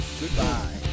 goodbye